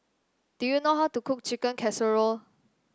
do you know how to cook Chicken Casserole